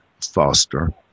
Foster